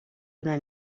una